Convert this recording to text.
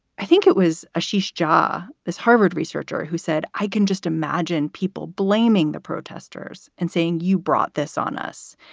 i think it was a sheesh jar. this harvard researcher who said, i can just imagine people blaming the protesters and saying, you brought this on us.